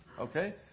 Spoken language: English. Okay